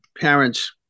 parents